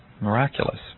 miraculous